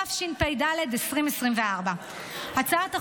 התשפ"ד 2024. את מושחתת.